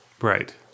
Right